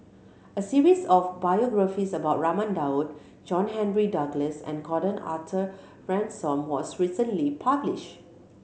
a series of biographies about Raman Daud John Henry Duclos and Gordon Arthur Ransome was recently published